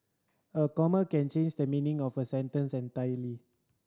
a comma can change the meaning of a sentence entirely